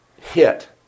hit